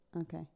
okay